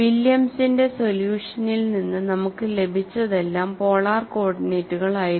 വില്യംസിന്റെ സൊല്യൂഷനിൽ നിന്ന് നമുക്ക് ലഭിച്ചതെല്ലാം പോളാർ കോർഡിനേറ്റുകളിലായിരുന്നു